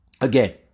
again